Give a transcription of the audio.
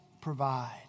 provide